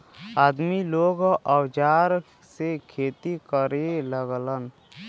आदमी लोग औजार से खेती करे लगलन